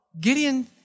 Gideon